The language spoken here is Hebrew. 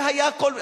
והיה כל,